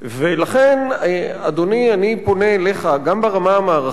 לכן, אדוני, אני פונה אליך, גם ברמה המערכתית,